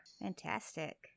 Fantastic